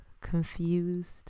Confused